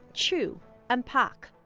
chu and pak.